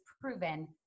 proven